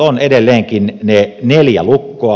on edelleenkin ne neljä lukkoa